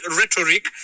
rhetoric